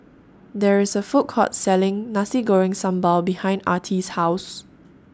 There IS A Food Court Selling Nasi Goreng Sambal behind Artie's House